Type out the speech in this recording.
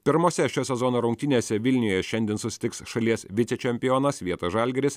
pirmose šio sezono rungtynėse vilniuje šiandien susitiks šalies vicečempionas vietos žalgiris